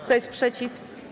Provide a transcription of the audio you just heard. Kto jest przeciw?